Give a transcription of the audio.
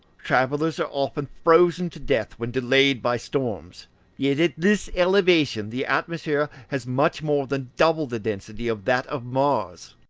travellers are often frozen to death when delayed by storms yet at this elevation the atmosphere has much more than double the density of that of mars!